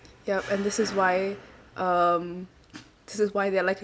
yup and this is why um this is why they are like